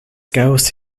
ghost